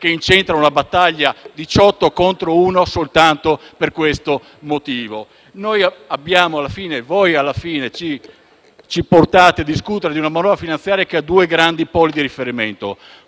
che incentra una battaglia 18 contro 1 soltanto per questo motivo. Alla fine voi ci portate a discutere di una manovra finanziaria che ha due grandi poli di riferimento: